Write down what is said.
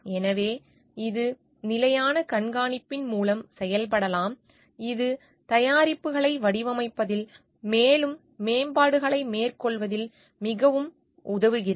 எனவே இது நிலையான கண்காணிப்பின் மூலம் செய்யப்படலாம் இது தயாரிப்புகளை வடிவமைப்பதில் மேலும் மேம்பாடுகளை மேற்கொள்வதில் பெரிதும் உதவுகிறது